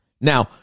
Now